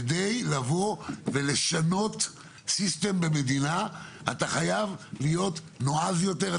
כדי לשנות סיסטם במדינה אתה חייב להיות נועז יותר,